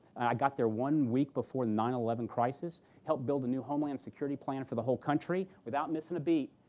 i got there one week before the nine eleven, crisis. helped build a new homeland security plan for the whole country. without missing a beat,